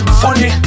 funny